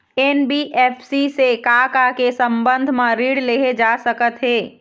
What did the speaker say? NBFC से का का के संबंध म ऋण लेहे जा सकत हे?